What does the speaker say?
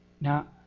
Now